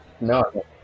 No